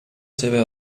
seva